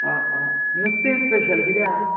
आं आं नुस्तें स्पेशल कितें आसा